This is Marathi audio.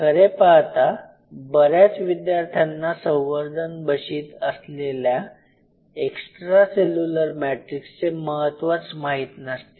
खरे पाहता बऱ्याच विद्यार्थ्यांना संवर्धन बशीत असलेल्या एक्स्ट्रा सेल्युलर मॅट्रिक्सचे महत्वच माहित नसते